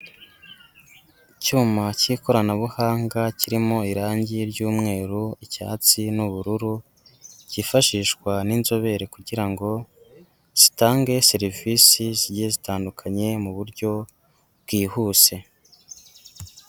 Icyuma k'ikoranabuhanga kirimo irangi ry'umweru, icyatsi n'ubururu kifashishwa n'inzobere kugira ngo zitange serivisi zigiye zitandukanye mu buryo bwihuse.